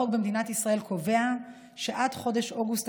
החוק במדינת ישראל קובע שעד חודש אוגוסט